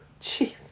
Jeez